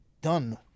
done